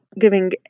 giving